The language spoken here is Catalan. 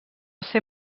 ser